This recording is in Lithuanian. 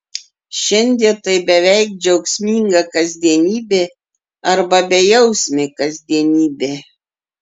šiandien tai beveik džiaugsminga kasdienybė arba bejausmė kasdienybė